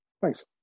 Thanks